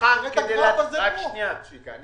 אני